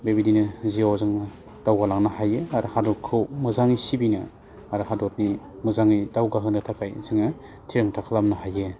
बेबायदिनो जिउआव जोङो दावगालांनो हायो आरो हादरखौ मोजाङै सिबिनो आरो हादरनि मोजाङै दावगाहोनो थाखाइ जोङो थिरांथा खालामनो हायो